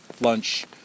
lunch